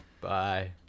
Bye